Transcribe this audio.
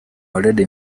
already